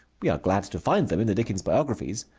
we are glad to find them in the dickens biographies.